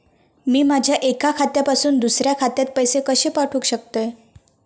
मी माझ्या एक्या खात्यासून दुसऱ्या खात्यात पैसे कशे पाठउक शकतय?